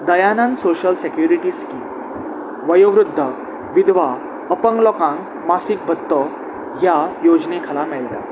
Dayanand social security scheme वयोवृद्ध विधवा अपंग लोकांक मासीक भत्तो ह्या योजने खाला मेळटा